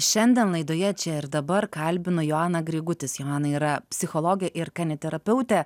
šiandien laidoje čia ir dabar kalbinu joaną grigutis joana yra psichologė ir kaniterapeutė